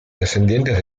descendientes